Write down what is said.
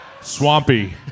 Swampy